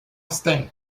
austin